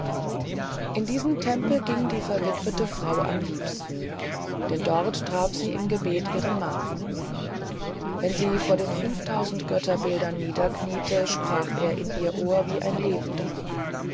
in diesen tempel ging die verwitwete frau am liebsten denn dort traf sie im gebet ihren mann wenn sie vor den fünftausend götterbildern niederkniete sprach er in ihr ohr wie ein lebender